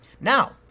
Now